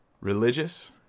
religious